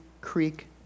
creek